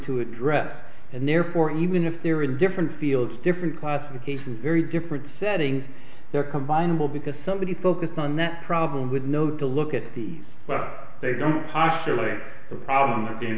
to address and therefore even if they're in different fields different classifications very different settings they're combinable because somebody focused on that problem would know to look at the what they don't postulate the problem